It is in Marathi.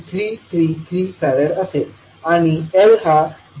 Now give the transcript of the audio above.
333 फॅरड असेल आणि L हा 0